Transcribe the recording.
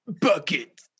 bucket